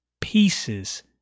pieces